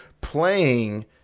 playing